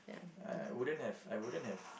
I I wouldn't have I wouldn't have